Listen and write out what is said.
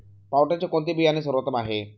पावट्याचे कोणते बियाणे सर्वोत्तम आहे?